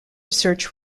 search